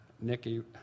Nikki